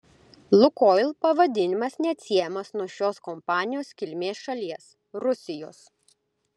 lukoil pavadinimas neatsiejamas nuo šios kompanijos kilmės šalies rusijos